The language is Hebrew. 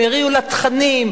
הם הריעו לתכנים,